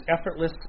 effortless